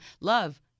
Love